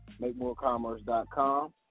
makemorecommerce.com